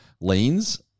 lanes